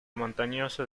montañosa